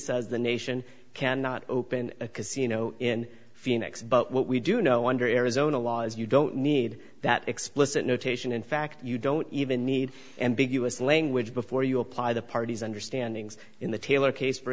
says the nation cannot open a casino in phoenix but what we do know under arizona law is you don't need that explicit notation in fact you don't even need ambiguous language before you apply the party's understandings in the taylor case for